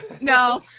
no